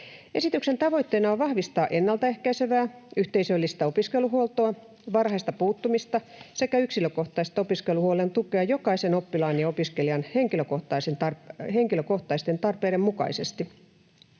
Esityksen tavoitteena on vahvistaa ennaltaehkäisevää, yhteisöllistä opiskeluhuoltoa, varhaista puuttumista sekä yksilökohtaista opiskeluhuollon tukea jokaisen oppilaan ja opiskelijan henkilökohtaisten tarpeiden mukaisesti.